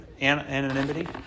anonymity